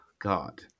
God